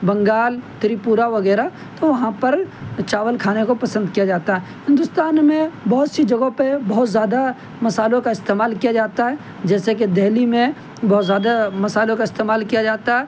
Bengal Tripura وغیرہ تو وہاں پر چاول کھانے کو پسند کیا جاتا ہندوستان میں بہت سی جگہوں پہ بہت زیادہ مصالحوں کا استعمال کیا جاتا ہے جیسے کہ دہلی میں بہت زیادہ مصالحوں کا استعمال کیا جاتا